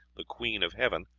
the queen of heaven,